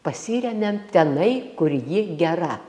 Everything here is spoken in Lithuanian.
pasiremiam tenai kur ji gera